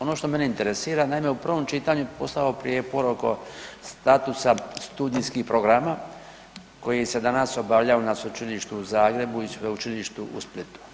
Ono što mene interesira, naime u prvom čitanju postojao je prijepor oko statusa studijskih programa koji se danas obavljaju na Sveučilištu u Zagrebu i Sveučilištu u Splitu.